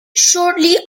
shortly